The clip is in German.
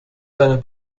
seiner